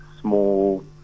small